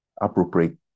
appropriate